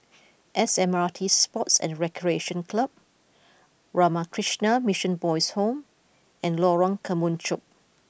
S M R T Sports and Recreation Club Ramakrishna Mission Boys' Home and Lorong Kemunchup